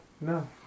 No